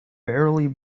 barely